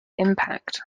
impact